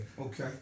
Okay